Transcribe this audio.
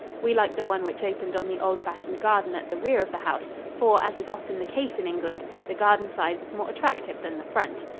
we liked the one which opened on the old-fashioned garden at the rear of the house, for as is often the case in england, the garden side was more attractive than the front.